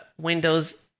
Windows